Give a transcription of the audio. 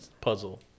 Puzzle